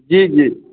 जी जी